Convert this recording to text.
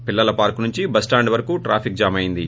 పిల్లల పార్క్ నుంచి బస్టాండ్ వరకూ ట్రాఫిక్ జామ్ అయ్యింది